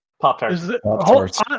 pop-tarts